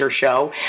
show